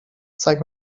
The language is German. zeig